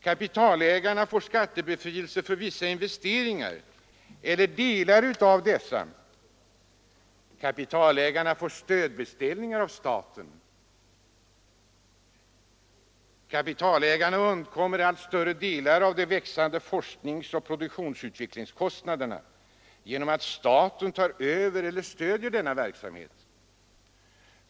Kapitalägarna får skattebefrielse för vissa investeringar eller delar av dem. Kapitalägarna får stödbeställningar av staten. Kapitalägarna undkommer allt större delar av de växande forskningsoch produktionsutvecklingskostnaderna genom att staten tar över eller stöder denna verksamhet.